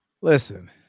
Listen